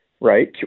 right